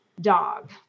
Dog